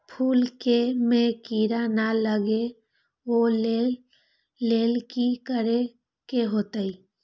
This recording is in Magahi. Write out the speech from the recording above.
फूल में किरा ना लगे ओ लेल कि करे के होतई?